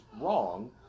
wrong